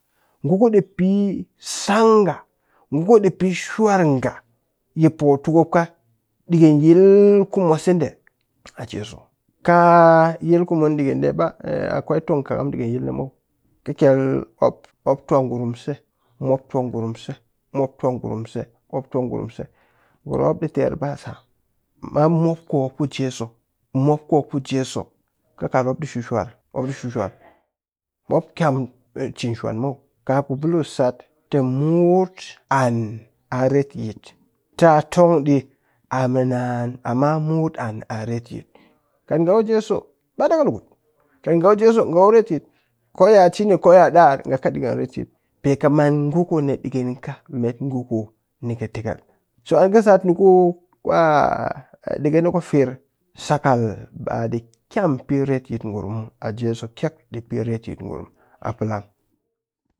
Ngu ɗii pe sang nga ngu ɗii pe shwar nga yi pootukup ka ɗikɨn yil ku mwase ɗe a jesu, kaa yil ku mun ɗikɨn ɗe a akwai tongkɨkam ɗikɨn yil muw kɨ kyel mop mop tuwa ngurum se, moptuwa ngurum se, mop tuwwa ngurum se, mop tuwa ngurum se, ngurum mop ɗi ter ba sam amma mop ku mop ku jesu mop ku jesu kɨ kat mop ɗi shishwar, mop ɗi shishwar mop kyam cin shwan muw ka ku bulus sat tɨ mut an a retyit tɨ tong ɗi a mɨ naan amma mut an a retyit kat nga ku jesu ba dɨkɨlukut kat nga ku jesu nga ku retyit, koya cini koya ɗaar nga ka ɗikɨn mu retyit pe ka maan ngu ku ɗikɨn ka met ngu ni kɨtekel. So an sat ku kwa ku ɗekɛna ku firr sakal ba ɗi kyam pe retyit ngurum muw a jesu kyek ɗi pe retyit ngurum a palang.